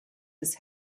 des